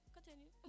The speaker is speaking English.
Continue